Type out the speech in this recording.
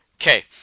Okay